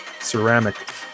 ceramic